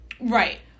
Right